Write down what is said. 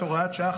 הוראת שעה,